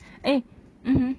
eh mmhmm